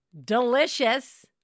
delicious